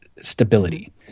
stability